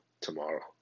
tomorrow